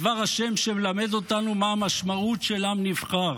כדבר השם, שמלמד אותנו מה המשמעות של עם נבחר,